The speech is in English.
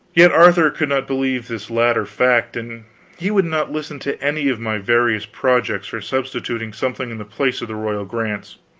yet arthur could not believe this latter fact, and he would not listen to any of my various projects for substituting something in the place of the royal grants.